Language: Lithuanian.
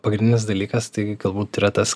pagrindinis dalykas tai galbūt yra tas